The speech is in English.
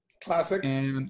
Classic